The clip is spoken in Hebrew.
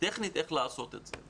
טכנית איך לעשות את זה.